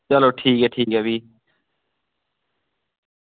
चलो ठीक ऐ ठीक ऐ भी